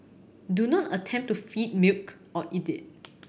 do not attempt to feed milk or eat it